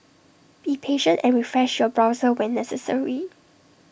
be patient and refresh your browser when necessary